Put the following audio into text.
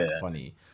funny